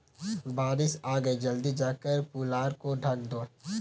बारिश आ गई जल्दी जाकर पुआल को ढक दो